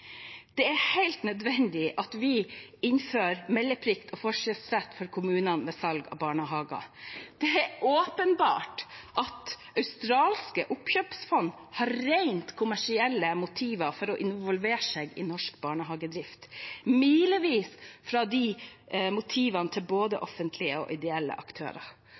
Det er helt nødvendig at vi innfører meldeplikt og forkjøpsrett for kommunene ved salg av barnehager. Det er åpenbart at australske oppkjøpsfond har rent kommersielle motiver for å involvere seg i norsk barnehagedrift, milevis fra motivene til både offentlige og ideelle aktører.